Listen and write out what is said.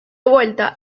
vuelta